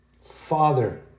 Father